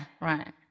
right